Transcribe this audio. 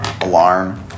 alarm